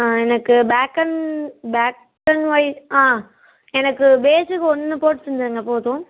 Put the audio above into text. ஆ எனக்கு black and ஒயிட்டா எனக்கு பேஜிக்கு ஒன்று போட்டு தந்துடுங்க போதும்